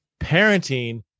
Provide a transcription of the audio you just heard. parenting